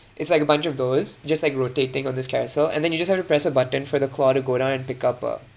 it's like a bunch of those just like rotating on this carousel and then you just have to press the button for the claw to go down and pick up a